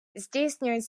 здійснюють